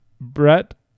Brett